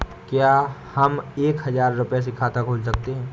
क्या हम एक हजार रुपये से खाता खोल सकते हैं?